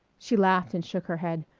she laughed and shook her head.